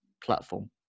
platform